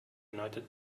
united